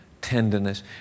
tenderness